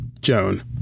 Joan